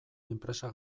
enpresa